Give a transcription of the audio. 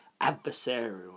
adversarial